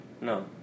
No